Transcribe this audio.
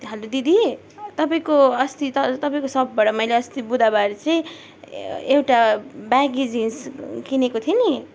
hello दिदी तपाईँको अस्ति त तपाईँको सपबाट मैले अस्ति बुधबार चाहिँ ए एउटा ब्यागी जिन्स किनेको थिएँ नि